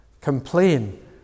Complain